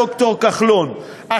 ד"ר כחלון,